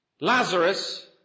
Lazarus